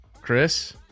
Chris